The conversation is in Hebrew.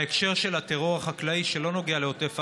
בהקשר של הטרור החקלאי שלא נוגע לעוטף עזה,